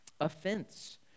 offense